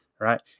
right